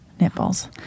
nipples